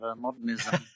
modernism